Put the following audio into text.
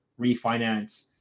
refinance